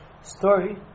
story